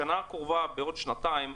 בשנה הקרובה, בעוד שנתיים,